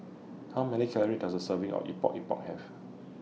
How Many Calories Does A Serving of Epok Epok Have